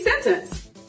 sentence